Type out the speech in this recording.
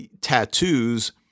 tattoos